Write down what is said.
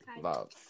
love